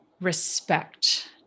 respect